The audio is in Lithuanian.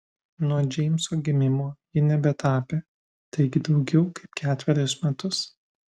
nuo džeimso gimimo ji nebetapė taigi daugiau kaip ketverius metus